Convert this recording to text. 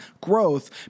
growth